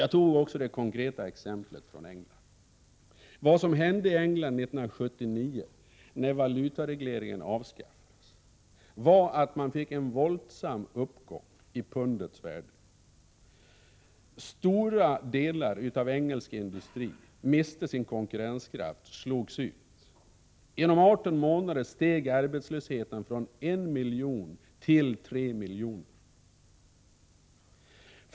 Jag tog också ett konkret exempel från England. Vad som hände i England 1979, när valutaregleringen avskaffades, var att man fick en våldsam uppgång av pundets värde. Stora delar av engelsk industri miste sin konkurrenskraft, slogs ut. På 18 månader steg antalet arbetslösa från en miljon till tre miljoner.